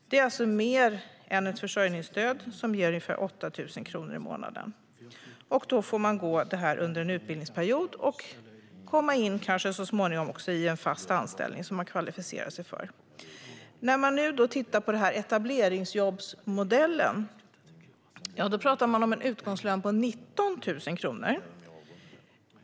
Det är mer än ett försörjningsstöd som ger ungefär 8 000 kronor i månaden. Människor har det under en utbildningsperiod och kommer kanske så småningom in i en fast anställning som de kvalificerar sig för. Vi kan titta på modellen med etableringsjobb. Där talar man om en utgångslön på 19 000 kronor.